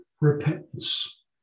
repentance